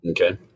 Okay